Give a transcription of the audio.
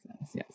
yes